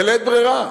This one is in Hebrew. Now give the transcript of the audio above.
בלית ברירה.